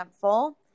full